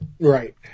Right